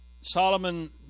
Solomon